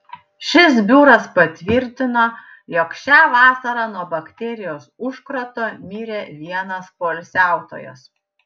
šis biuras patvirtino jog šią vasarą nuo bakterijos užkrato mirė vienas poilsiautojas